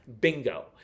bingo